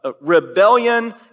rebellion